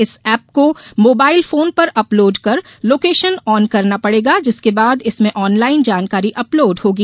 इस एप को mobile phone पर अपलोड कर लोकेशन ऑन करना पड़ेगा जिसके बाद इसमें ऑनलाइन जानकारी अपलोड होगी